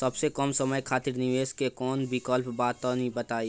सबसे कम समय खातिर निवेश के कौनो विकल्प बा त तनि बताई?